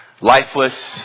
Lifeless